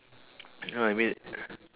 no I mean